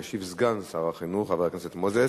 וישיב סגן שר החינוך חבר הכנסת מוזס.